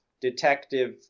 detective